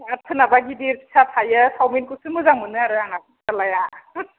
आरो सोरनाबा गिदिर फिसा थायो सावमिनखौसो मोजां मोनो आरो आंना फिसालाया